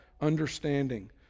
understanding